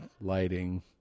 lighting